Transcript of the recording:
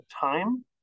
time